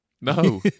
No